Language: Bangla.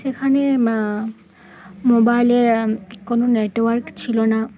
সেখানে মোবাইলের কোনো নেটওয়ার্ক ছিল না